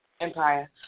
Empire